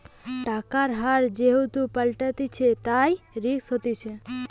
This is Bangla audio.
টাকার হার যেহেতু পাল্টাতিছে, তাই রিস্ক হতিছে